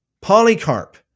Polycarp